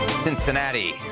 Cincinnati